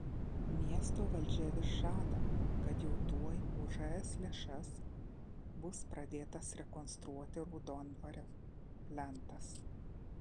miesto valdžia vis žada kad jau tuoj už es lėšas bus pradėtas rekonstruoti raudondvario plentas